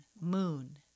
moon